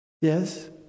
Yes